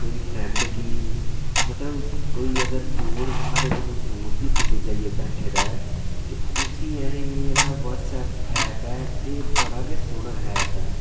कोई फ्रैंड गी मतलब कोई अगर दूर साढ़े कोलूं दूर बी कुतै जाइयै बैठे दा ऐ ते उस्सी असें जेह्ड़ा बटसैप एैप ऐ एह् बड़ा गै सोह्ना एैप ऐ